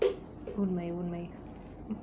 oh my oh my